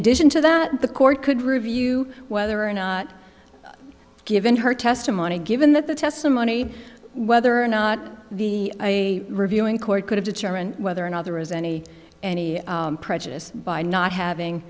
addition to that the court could review whether or not given her testimony given that the testimony whether or not the eye reviewing court could have determined whether another is any any prejudiced by not having